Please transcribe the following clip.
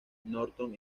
norton